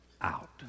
out